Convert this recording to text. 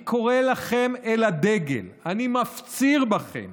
אני קורא לכם אל הדגל, אני מפציר בכם